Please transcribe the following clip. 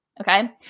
okay